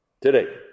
Today